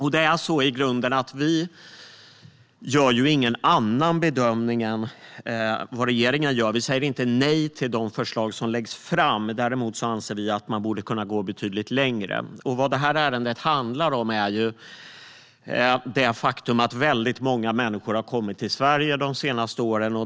Vi gör i grunden ingen annan bedömning än regeringen. Vi säger inte nej till de förslag som läggs fram. Vi anser däremot att man borde kunna gå betydligt längre. Väldigt många människor har kommit till Sverige de senaste åren.